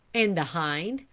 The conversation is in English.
and the hind,